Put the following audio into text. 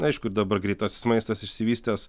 aišku dabar greitasis maistas išsivystęs